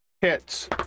Hits